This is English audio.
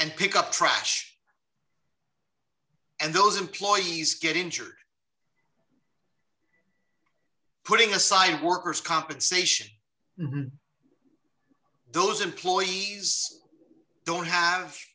and pick up trash and those employees get injured putting aside workers compensation those employees don't have